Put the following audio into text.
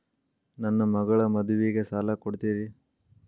ನನ್ನ ಮಗಳ ಮದುವಿಗೆ ಸಾಲ ಕೊಡ್ತೇರಿ?